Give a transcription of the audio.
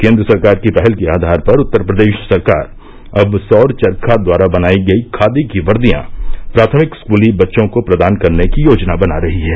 केन्द्र सरकार की पहल के आधार पर उत्तर प्रदेश सरकार अब सौर चरखा द्वारा बनायी गई खादी की वर्दियां प्राथमिक स्कूली बच्चों को प्रदान करने की योजना बना रही है